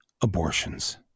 abortions